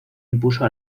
impuso